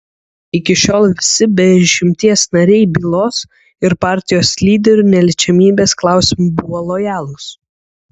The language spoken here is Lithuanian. iki šiol visi be išimties nariai bylos ir partijos lyderių neliečiamybės klausimu buvo lojalūs